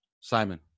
Simon